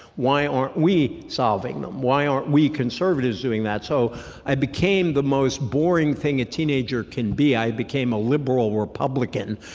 why aren't we solving them? why aren't we conservatives doing that? so i became the most boring thing a teenager can be i became a liberal republican.